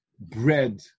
bread